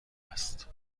است